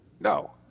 No